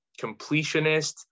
completionist